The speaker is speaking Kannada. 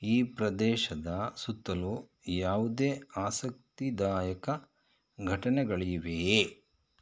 ಈ ಪ್ರದೇಶದ ಸುತ್ತಲೂ ಯಾವುದೇ ಆಸಕ್ತಿದಾಯಕ ಘಟನೆಗಳಿವೆಯೇ